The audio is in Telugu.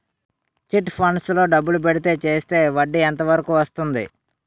చిట్ ఫండ్స్ లో డబ్బులు పెడితే చేస్తే వడ్డీ ఎంత వరకు వస్తుంది?